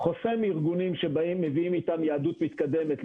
חוסם ארגונים שמביאים איתם יהדות מתקדמת,